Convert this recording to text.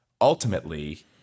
ultimately